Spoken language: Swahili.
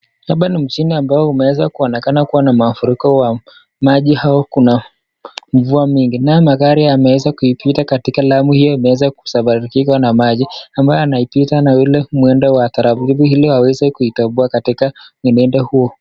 Hapa ni mjini ambao umeweza kuonekana kuwa na mafuriko wa maji , au kuna mvua mingi. Nayo magari yameweza kuipita katika hiyo lami yameweza kusambaratishwa na maji ama yanaipita na ule mwendo wa taratibu ili aweze kuitoboa katika mwenendo huo.